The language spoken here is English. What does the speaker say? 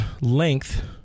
length